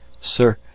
sir